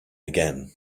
again